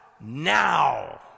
now